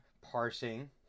Parsing